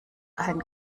ein